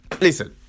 Listen